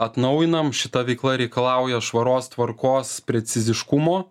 atnaujinam šita veikla reikalauja švaros tvarkos preciziškumo